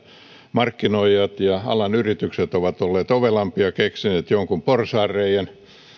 markkinoijat ja alan yritykset ovat olleet ovelampia keksineet jonkun porsaanreiän ja